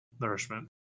nourishment